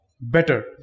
better